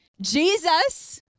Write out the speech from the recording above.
Jesus